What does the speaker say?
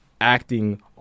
acting